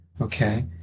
Okay